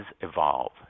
evolve